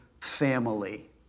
family